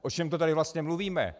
O čem to tady vlastně mluvíme?